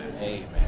Amen